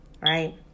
right